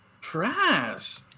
trash